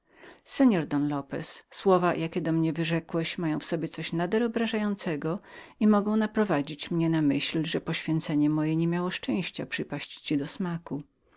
postać i rzekł słowa jakie seor don lopez do mnie wyrzekłeś mają w sobie coś nader obrażającego i mogą naprowadzić mnie na myśl że poświęcenie moje nie miało szczęścia przypadnięcia ci do smaku